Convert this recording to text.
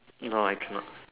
no I cannot